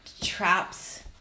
traps